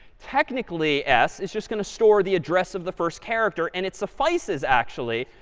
technically, s is just going to store the address of the first character. and it suffices actually,